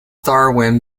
darwin